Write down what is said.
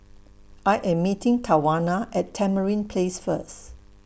I Am meeting Tawanna At Tamarind Place First